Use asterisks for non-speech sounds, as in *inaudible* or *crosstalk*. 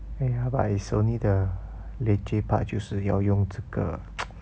!aiya! but is only the leceh part 就是要用这个 *noise*